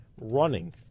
running